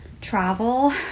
Travel